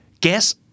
guess